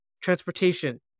transportation